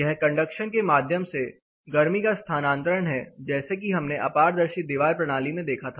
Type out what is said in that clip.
यह कंडक्शन के माध्यम से गर्मी का स्थानांतरण है जैसा कि हमने अपारदर्शी दीवार प्रणाली में देखा था